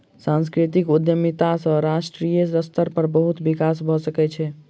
सांस्कृतिक उद्यमिता सॅ राष्ट्रीय स्तर पर बहुत विकास भ सकै छै